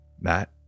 Matt